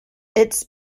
its